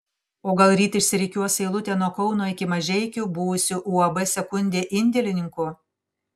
o gal ryt išsirikiuos eilutė nuo kauno iki mažeikių buvusių uab sekundė indėlininkų